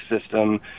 system